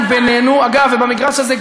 אנחנו נגן עליו בבג"ץ,